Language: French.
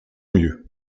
mieux